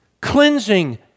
cleansing